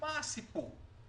מה הסיפור?